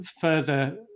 further